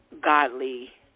godly